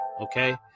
okay